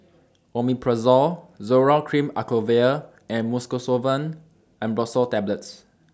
Omeprazole Zoral Cream Acyclovir and Mucosolvan Ambroxol Tablets